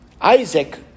Isaac